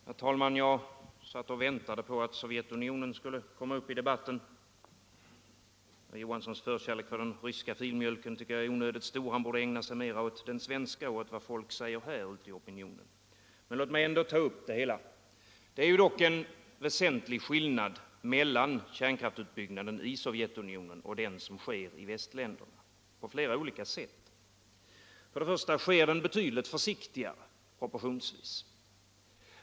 Herr talman! Jag satt och väntade på att Sovjetunionen skulle komma upp i debatten. Herr Johanssons förkärlek för den ryska filmjölken tycker jag är onödigt stor. Han borde ägna sig mera åt den svenska och åt vad folk säger här ute i opinionen. Men låt mig ändå ta upp det hela. Det är en väsentlig skillnad mellan kärnkraftsutbyggnaden i Sovjetunionen och den som sker i västländerna — på flera olika sätt. För det första sker den i Sovjetunionen betydligt försiktigare, proportionsvis.